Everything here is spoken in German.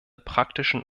praktischen